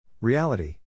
Reality